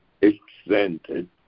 extended